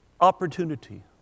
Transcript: opportunity